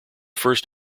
first